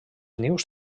nius